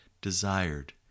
desired